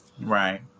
Right